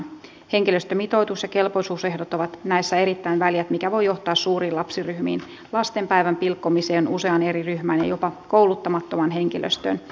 henkilöstömitoitus ja kelpoisuusehdot ovat siinä erittäin väljät mikä voi johtaa suuriin lapsiryhmiin lasten päivän pilkkomiseen useaan eri ryhmään ja jopa kouluttamattomaan henkilöstöön